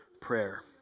prayer